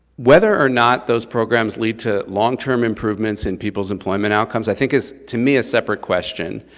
whether or not those programs lead to long term improvements in peoples employment outcomes, i think is to me a separate question,